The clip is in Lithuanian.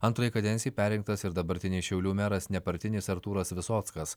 antrai kadencijai perrinktas ir dabartinis šiaulių meras nepartinis artūras visockas